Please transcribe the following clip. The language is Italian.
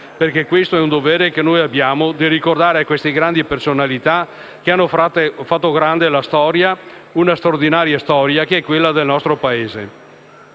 Per questo noi abbiamo il dovere di ricordare queste grandi personalità che hanno fatto grande la storia, una straordinaria storia, che è quella del nostro Paese.